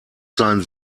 sein